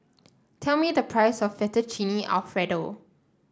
tell me the price of Fettuccine Alfredo